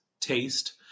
Taste